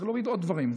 צריך להוריד עוד דברים.